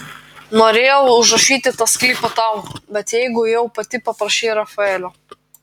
norėjau užrašyti tą sklypą tau bet jeigu jau pati paprašei rafaelio